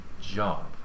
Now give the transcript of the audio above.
job